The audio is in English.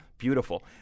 beautiful